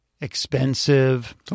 expensive